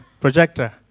projector